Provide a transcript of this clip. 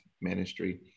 ministry